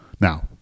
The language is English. Now